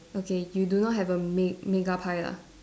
okay you do not have a mega pie lah